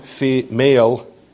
male